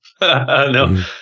No